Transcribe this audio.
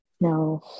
no